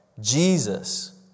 Jesus